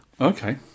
Okay